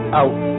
out